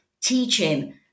teaching